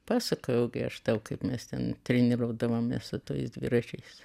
pasakojau gi aš tau kaip mes ten treniruodavomės su tais dviračiais